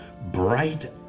bright